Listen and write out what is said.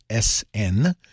sn